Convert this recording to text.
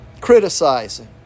criticizing